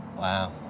Wow